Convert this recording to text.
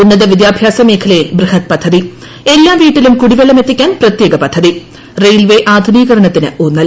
ഉന്നത വിദ്യാഭ്യാസ മേഖലയിൽ ബൃഹദ് പദ്ധതി എല്ലാ വീട്ടിലും കുടിവെള്ളം എത്തിക്കാൻ പ്രത്യേക പദ്ധതി റെയിൽവേ ആധുനീകരണത്തിന് ഊന്നൽ